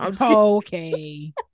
okay